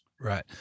Right